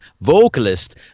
vocalist